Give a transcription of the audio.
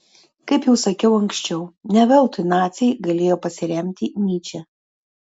kaip jau sakiau anksčiau ne veltui naciai galėjo pasiremti nyče